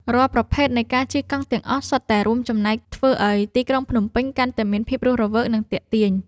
រាល់ប្រភេទនៃការជិះកង់ទាំងអស់ សុទ្ធតែរួមចំណែកធ្វើឱ្យទីក្រុងភ្នំពេញកាន់តែមានភាពរស់រវើក និងទាក់ទាញ។